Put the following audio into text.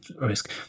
risk